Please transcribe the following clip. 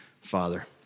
father